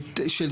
קהילתית,